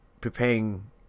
preparing